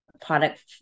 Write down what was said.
product